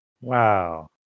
Wow